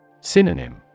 Synonym